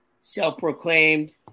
self-proclaimed